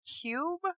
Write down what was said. Cube